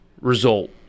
result